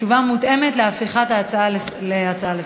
התשובה מותאמת להפיכת ההצעה להצעה לסדר-היום.